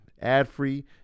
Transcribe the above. ad-free